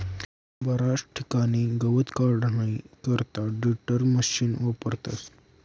बराच ठिकाणे गवत काढानी करता टेडरमिशिन वापरतस